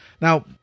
Now